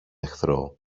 εχθρό